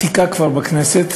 עתיקה בכנסת,